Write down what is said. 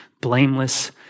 blameless